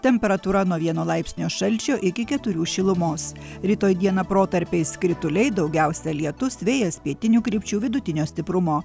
temperatūra nuo vieno laipsnio šalčio iki keturių šilumos rytoj dieną protarpiais krituliai daugiausia lietus vėjas pietinių krypčių vidutinio stiprumo